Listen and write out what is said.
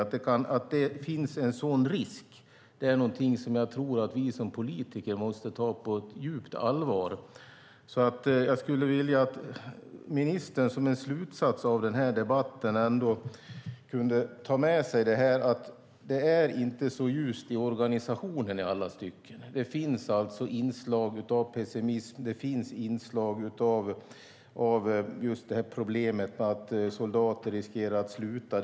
Att det finns en sådan risk är någonting som jag tror att vi politiker måste ta på djupt allvar. Jag skulle vilja att ministern som en slutsats av debatten kunde ta med sig att det inte är så ljust i organisationen i alla stycken. Det finns inslag av pessimism och problemet med att man riskerar att soldater slutar.